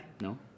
No